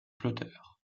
flotteurs